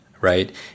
Right